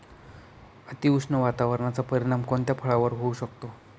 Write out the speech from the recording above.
अतिउष्ण वातावरणाचा परिणाम कोणत्या फळावर होऊ शकतो?